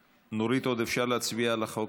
נורית, עוד אפשר להצביע על החוק